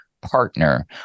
partner